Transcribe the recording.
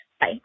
bye